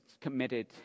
committed